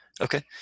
Okay